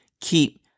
keep